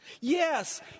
Yes